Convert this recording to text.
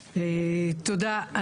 תודה.